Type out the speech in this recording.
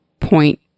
point